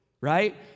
right